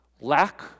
Lack